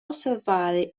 osservare